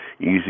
easy